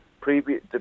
previous